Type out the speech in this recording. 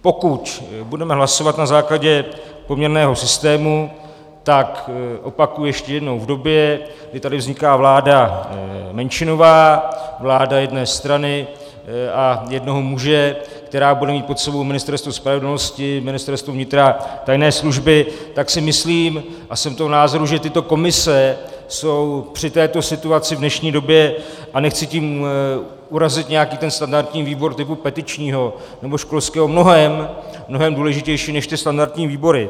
Pokud budeme hlasovat na základě poměrného systému, tak opakuji ještě jednou v době, kdy tady vzniká vláda menšinová, vláda jedné strany a jednoho muže, která bude mít pod sebou Ministerstvo spravedlnosti, Ministerstvo vnitra, tajné služby, tak si myslím a jsem toho názoru, že tyto komise jsou při této situaci v dnešní době a nechci tím urazit nějaký ten standardní výbor typu petičního nebo školského mnohem důležitější než ty standardní výbory.